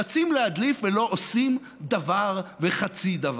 רצים להדליף ולא עושים דבר וחצי דבר.